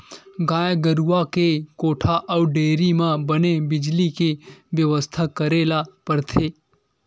गाय गरूवा के कोठा अउ डेयरी म बने बिजली के बेवस्था करे ल परथे